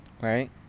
Right